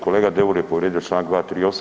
Kolega Deur je povrijedio članak 238.